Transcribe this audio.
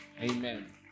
Amen